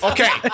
Okay